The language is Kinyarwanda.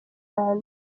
rwanda